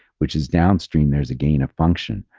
which is downstream, there's a gain of function.